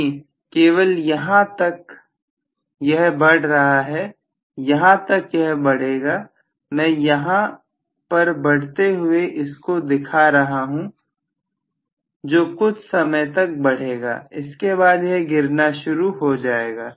नहीं केवल यहां तक यह बढ़ रहा है यहां तक यह बढ़ेगा मैं यहां पर बढ़ते हुए इस को दिखा रहा हूं जो कुछ समय तक बढ़ेगा इसके बाद यह गिरना शुरू हो जाएगा